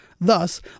Thus